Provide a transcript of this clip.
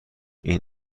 این